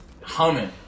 humming